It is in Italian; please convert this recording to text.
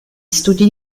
studi